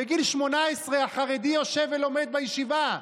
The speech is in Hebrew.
בגיל 18 החרדי יושב ולומד בישיבה.